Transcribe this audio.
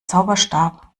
zauberstab